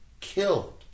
killed